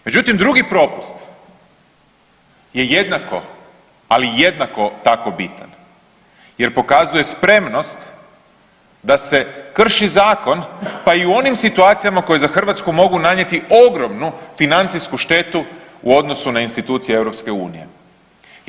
Međutim, drugi propust je jednako, ali jednako tako bitan, jer pokazuje spremnost da se krši Zakon pa i u onim situacijama koje za Hrvatsku mogu nanijeti ogromnu financijsku štetu u odnosu na institucije Europske unije.